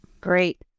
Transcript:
Great